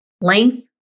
length